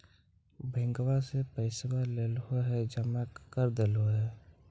बैंकवा से पैसवा लेलहो है जमा कर देलहो हे?